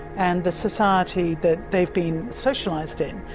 and the society that they've been socialised in.